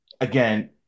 again